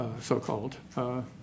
so-called